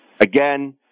Again